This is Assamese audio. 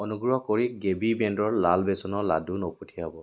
অনুগ্ৰহ কৰি গেবী ব্ৰেণ্ডৰ লাল বেচনৰ লাডু নপঠিয়াব